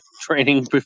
training